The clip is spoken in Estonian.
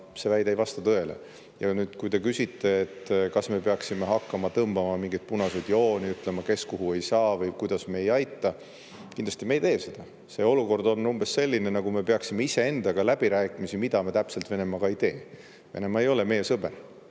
see väide ei vasta tõele. Ja kui te küsite, kas me peaksime hakkama tõmbama mingeid punaseid jooni, ütlema, kes kuhu ei saa või kuidas me ei aita. Kindlasti me ei tee seda. See olukord on umbes selline, nagu me peaksime iseendaga läbirääkimisi, mida me täpselt Venemaaga ei tee. Venemaa ei ole meie sõber.